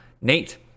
Nate